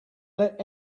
let